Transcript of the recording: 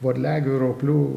varliagyvių roplių